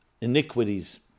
iniquities